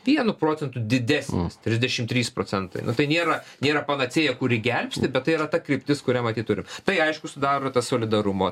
vienu procentu didesnis trisdešimt trys procentai nu tai nėra nėra panacėja kuri gelbsti bet tai yra ta kryptis kuria matyt turiu tai aišku sudaro tą solidarumo